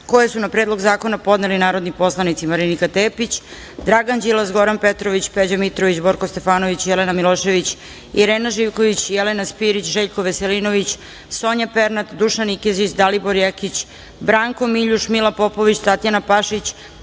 koje su na Predlog zakona podneli narodni poslanici: